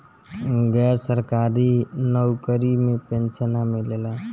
गैर सरकारी नउकरी में पेंशन ना मिलेला